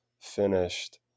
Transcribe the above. finished